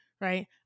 right